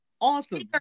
awesome